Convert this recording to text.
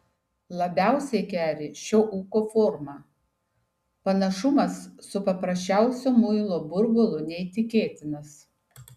labiausiai keri šio ūko forma panašumas su paprasčiausiu muilo burbulu neįtikėtinas